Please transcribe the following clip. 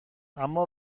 اما